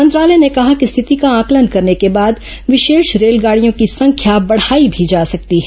मंत्रालय ने कहा है कि स्थिति का आकलन करने के बाद विशेष रेलगाड़ियों की संख्या बढ़ाई भी जा सकती है